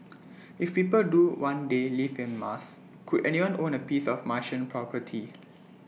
if people do one day live on Mars could anyone own A piece of Martian property